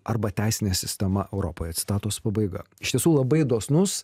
arba teisinė sistema europoje citatos pabaiga iš tiesų labai dosnus